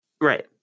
Right